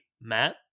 Matt